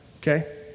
Okay